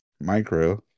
Micro